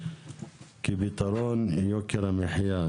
כפתרון יוקר המחיה,